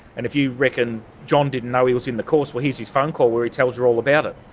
and if you reckon john didn't know he was in the course, well here's his phone call where he tells you all about it,